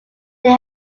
they